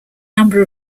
number